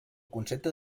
concepte